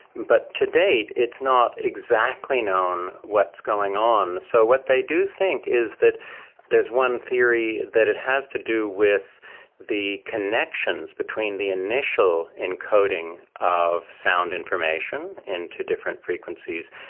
but to date it's not exactly known what's going on. so what they do think is that there is one theory that it has to do with the connections between the initial encoding of sound information into different frequencies,